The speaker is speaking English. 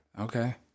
Okay